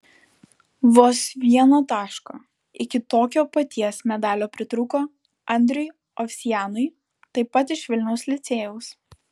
vos vieno taško iki tokio paties medalio pritrūko andriui ovsianui taip pat iš vilniaus licėjaus